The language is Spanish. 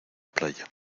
playa